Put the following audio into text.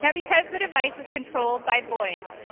yeah because the device is controlled by voice,